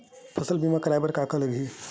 फसल बीमा करवाय बर का का लगही?